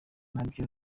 nabyo